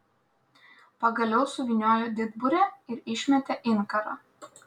pagaliau suvyniojo didburę ir išmetė inkarą